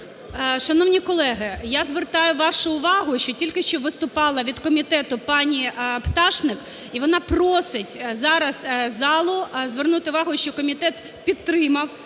Шановні колеги, я звертаю вашу увагу, що тільки що виступала від комітету пані Пташник. І вона просить зараз залу звернути увагу, що комітет підтримав